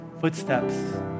footsteps